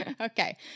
Okay